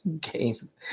games